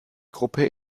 gruppe